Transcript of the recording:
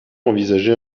envisager